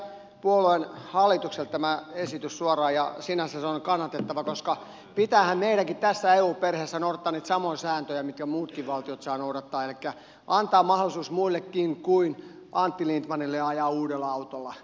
tämä esitys on tullut suoraan meidän puolueen hallitukselta ja sinänsä se on kannatettava koska pitäähän meidänkin tässä eu perheessä noudattaa niitä samoja sääntöjä mitä muutkin valtiot saavat noudattaa elikkä antaa mahdollisuus muillekin kuin antti lindtmanille ajaa uudella autolla